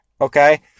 Okay